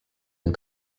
and